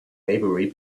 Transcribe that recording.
maybury